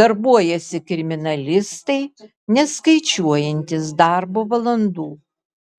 darbuojasi kriminalistai neskaičiuojantys darbo valandų